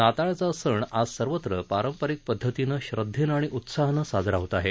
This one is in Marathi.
नाताळचा सण आज सर्वत्र पारंपरिक पद्धतीनं श्रद्वेनं आणि उत्साहानं साजरा होत आहे